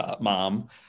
mom